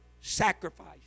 sacrifice